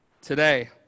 today